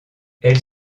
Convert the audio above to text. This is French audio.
elle